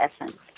essence